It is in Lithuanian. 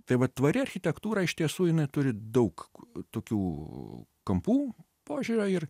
tai vat tvari architektūra iš tiesų jinai turi daug tokių kampų požiūrio ir